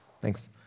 Thanks